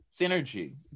synergy